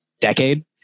decade